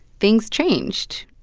things changed.